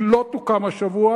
היא לא תוקם השבוע,